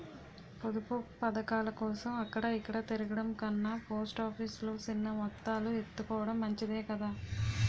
పొదుపు పదకాలకోసం అక్కడ ఇక్కడా తిరగడం కన్నా పోస్ట్ ఆఫీసు లో సిన్న మొత్తాలు ఎత్తుకోడం మంచిదే కదా